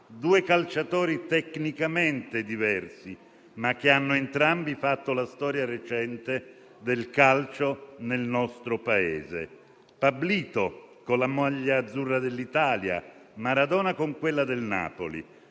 due calciatori tecnicamente diversi, ma che hanno entrambi fatto la storia recente del calcio nel nostro Paese. Pablito con la maglia azzurra dell'Italia, Maradona con quella del Napoli;